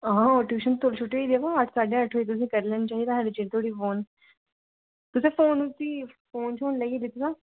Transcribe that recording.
हां ओह् ट्यूशन तौली छुट्टी होई दी हा बो अट्ठ साड्ढे अट्ठ बजे तुसें करी लैना चाहिदा हा इन्ने चिर धोड़ी फोन तुसें फोन उसी फोन शोन लेइयै दित्ते दा